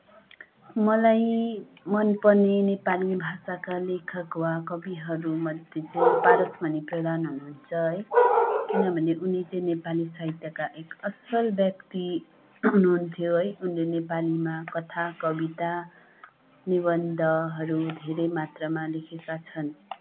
मलाई मनपर्ने नेपाली भाषाका लेखक वा कविहरूमध्ये चाहिँ पारसमणि प्रधान हुनुहुन्छ है किनभने उनी चाहिँ नेपाली साहित्यका एक असल व्यक्ति हुनुहुन्थ्यो है उनले नेपालीमा कथा कविता निबन्धहरू धेरै मात्रामा लेखेका छन्